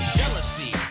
jealousy